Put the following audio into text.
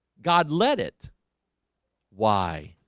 god let it why?